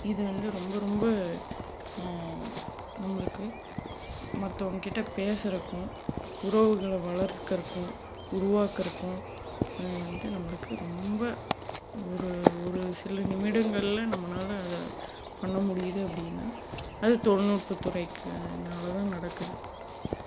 இது வந்து ரொம்ப ரொம்ப நம்மளுக்கு மற்றவங்கக்கிட்ட பேசுறதுக்கும் உறவுகளை வளர்க்குறதுக்கும் உருவாக்குறதுக்கும் வந்து நம்மளுக்கு ரொம்ப ஒரு ஒரு சில நிமிடங்களில் நம்மளால அதை பண்ண முடியுது அப்படின்னா அது தொழில்நுட்பத்துறைக்குனால தான் நடக்குது